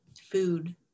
food